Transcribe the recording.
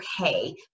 okay